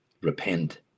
repent